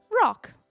rock